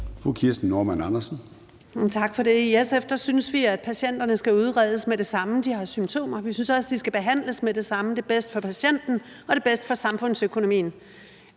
Kirsten Normann Andersen (SF): Tak for det. I SF synes vi, at patienterne skal udredes, straks de har symptomer. Vi synes også, de skal behandles med det samme. Det er bedst for patienten, og det er bedst for samfundsøkonomien.